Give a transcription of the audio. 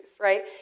right